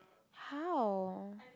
how